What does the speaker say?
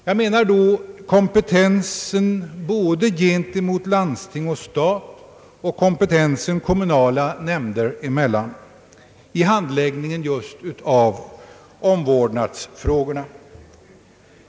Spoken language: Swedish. Jag avser då såväl kompetensen gentemot landsting och stat som kompetensen kommunala nämnder emellan i handläggningen just av omvårdnadsfrågorna.